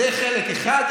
זה, חלק אחד.